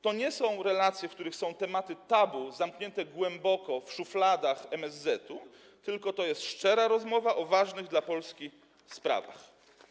To nie są relacje, w których są tematy tabu, zamknięte głęboko w szufladach MSZ, tylko to jest szczera rozmowa o ważnych dla Polski sprawach.